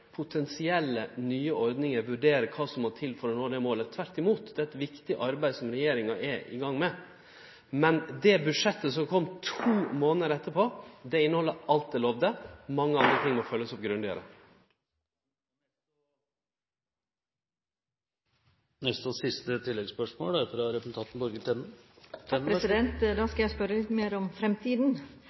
potensielle nye ordningar og vurdere kva som må til for å nå det målet. Tvert imot – det er eit viktig arbeid som regjeringa er i gang med. Det budsjettet som kom to månader etterpå, inneheld alt eg lova, men mange av dei tinga må følgjast opp grundigare. Borghild Tenden – til siste